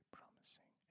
promising